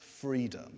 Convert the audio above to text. freedom